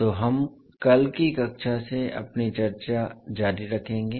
तो हम कल की कक्षा से अपनी चर्चा जारी रखेंगे